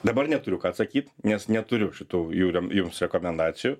dabar neturiu ką atsakyt nes neturiu šitų jūrėm jums rekomendacijų